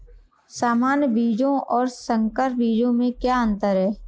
सामान्य बीजों और संकर बीजों में क्या अंतर है?